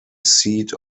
seat